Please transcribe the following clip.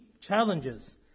challenges